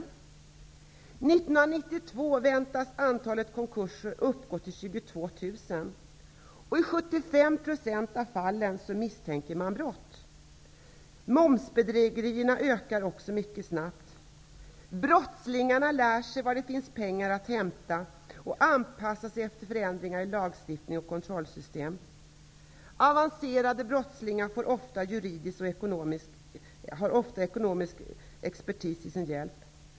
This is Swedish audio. Antalet konkurser under 1992 väntas uppgå till 22 000. I 75 % av fallen misstänker man brott. Antalet momsbedrägerier ökar också snabbt. Brottslingarna lär sig var det finns pengar att hämta och anpassar sig efter förändringar i lagstiftning och kontrollsystem. Avancerade brottslingar har ofta juridisk och ekonomisk expertis till sin hjälp.